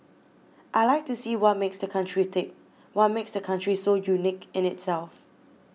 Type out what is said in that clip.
I like to see what makes the country tick what makes the country so unique in itself